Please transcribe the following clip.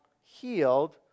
healed